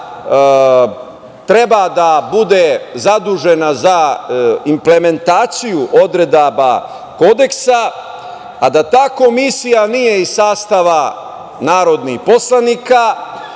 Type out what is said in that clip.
treba da bude zadužena za implementaciju odredaba Kodeksa, a da ta komisija nije iz sastava narodnih poslanika,